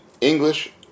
English